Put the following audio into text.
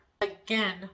Again